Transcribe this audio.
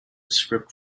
script